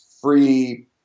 free